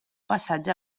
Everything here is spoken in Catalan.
passatge